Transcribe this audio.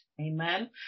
Amen